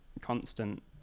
constant